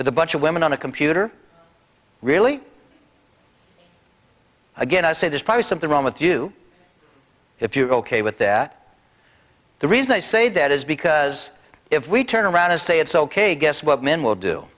with a bunch of women on a computer really again i say there's probably something wrong with you if you're ok with that the reason i say that is because if we turn around and say it's ok guess what men will do